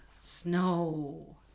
snow